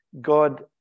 God